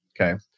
Okay